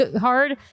hard